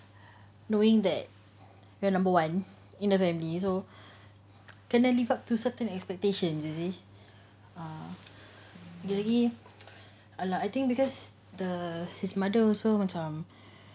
knowing that we're number one in the family so can I live up to certain expectation you see ah lagi !alah! I think because the his mother also macam